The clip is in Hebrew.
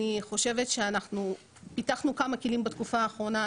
אני חושבת שאנחנו פיתחנו כמה כלים בתקופה האחרונה,